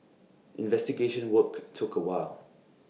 investigation work took A while